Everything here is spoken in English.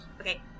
okay